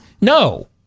No